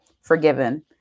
forgiven